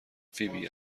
فیبی